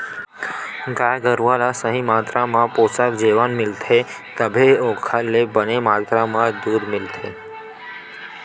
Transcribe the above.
गाय गरूवा ल सही मातरा म पोसक जेवन मिलथे तभे ओखर ले बने मातरा म दूद मिलथे